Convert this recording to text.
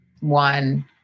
one